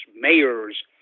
mayors